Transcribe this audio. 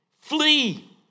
Flee